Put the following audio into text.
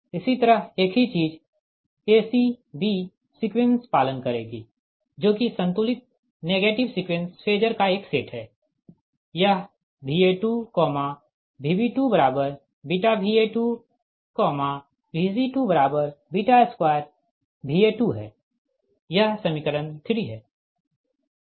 इसी तरह एक ही चीज a c b सीक्वेंस पालन करेगी जो कि संतुलित नेगेटिव सीक्वेंस फेजर का एक सेट है यह Va2 Vb2βVa2 Vc22Va2 है यह समीकरण 3 है